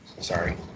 Sorry